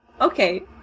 Okay